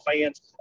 fans